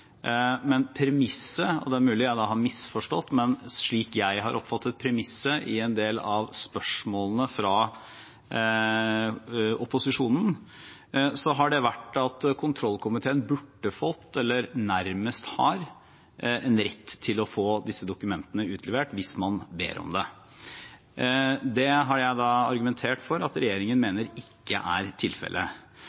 Slik jeg har oppfattet premisset i en del av spørsmålene fra opposisjonen, og det er mulig jeg da har misforstått, har det vært at kontrollkomiteen burde fått, eller nærmest har en rett til å få, disse dokumentene utlevert hvis man ber om det. Det har jeg da argumentert for at regjeringen